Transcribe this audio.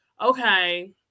okay